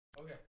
Okay